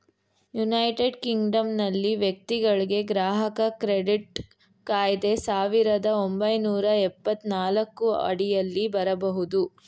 United ಕಿಂಗ್ಡಮ್ನಲ್ಲಿ ವ್ಯಕ್ತಿಗಳ್ಗೆ ಗ್ರಾಹಕ ಕ್ರೆಡಿಟ್ ಕಾಯ್ದೆ ಸಾವಿರದ ಒಂಬೈನೂರ ಎಪ್ಪತ್ತನಾಲ್ಕು ಅಡಿಯಲ್ಲಿ ಬರಬಹುದು